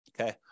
Okay